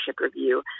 review